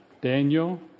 Daniel